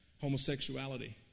homosexuality